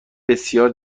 بسیار